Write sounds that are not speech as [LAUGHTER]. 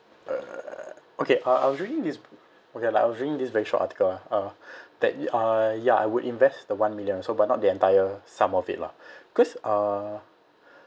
uh okay uh I was doing this okay like I was doing this very short article ah uh [BREATH] that uh ya I would invest the one million also but not the entire sum of it lah [BREATH] cause uh